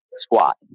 squat